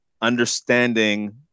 understanding